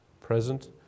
present